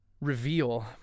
reveal